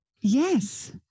Yes